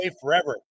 forever